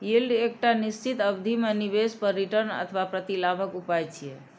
yield एकटा निश्चित अवधि मे निवेश पर रिटर्न अथवा प्रतिलाभक उपाय छियै